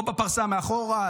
פה בפרסה מאחורה,